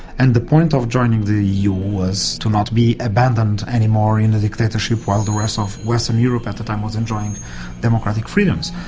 and the point of joining the eu was to not be abandoned anymore in the dictatorship while the rest of western europe at the time was enjoying democratic freedoms.